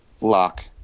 Lock